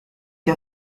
que